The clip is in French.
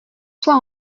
soit